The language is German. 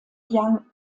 young